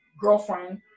girlfriend